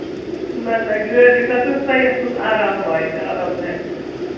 نہَ نہَ گٲڑۍ گژھِ آسٕنۍ سۅ یَتھ منٛز آرام واتہِ آرام دایک گٲڑۍ